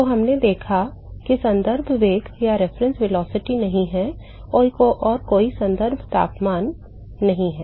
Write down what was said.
तो हमने देखा कि कोई संदर्भ वेग नहीं है और कोई संदर्भ तापमान नहीं है